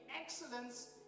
excellence